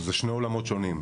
זה שני עולמות שונים.